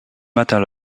matin